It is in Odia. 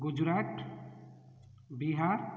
ଗୁଜୁରାଟ ବିହାର